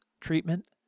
Treatment